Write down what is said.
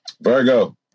virgo